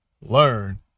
learn